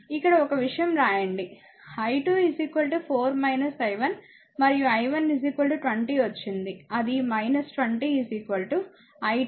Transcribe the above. ఇక్కడ ఒక విషయం రాయండి i2 4 i 1 మరియు i 1 20 వచ్చింది అది 20 i 2 4 16 ఆంపియర్